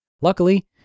Luckily